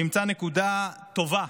וימצא נקודה טובה